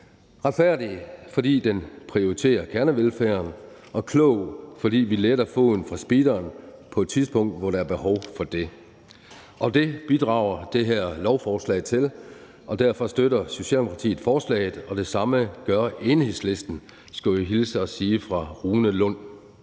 retfærdig, fordi den prioriterer kernevelfærden, og klog, fordi vi letter foden fra speederen på et tidspunkt, hvor der er behov for det. Det bidrager det her lovforslag til. Og derfor støtter Socialdemokratiet forslaget, og det samme gør Enhedslisten, skulle jeg hilse at sige fra hr. Rune Lund.